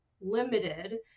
limited